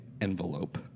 envelope